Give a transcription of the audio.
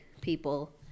people